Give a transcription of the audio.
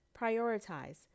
prioritize